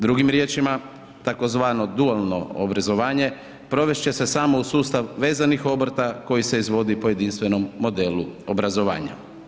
Drugim riječima tzv. dualno obrazovanje provest će se samo uz sustav vezanih obrta koji se izvodi po jedinstvenom modelu obrazovanja.